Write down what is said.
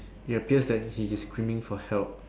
it appears that he is screaming for help